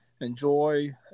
enjoy